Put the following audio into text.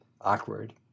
awkward